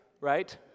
Right